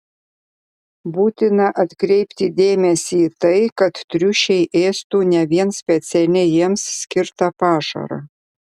būtina atkreipti dėmesį į tai kad triušiai ėstų ne vien specialiai jiems skirtą pašarą